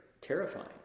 terrifying